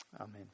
Amen